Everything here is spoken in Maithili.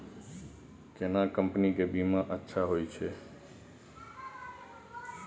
केना कंपनी के बीमा अच्छा होय छै?